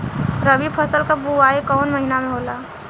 रबी फसल क बुवाई कवना महीना में होला?